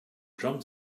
drum